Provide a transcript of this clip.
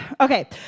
Okay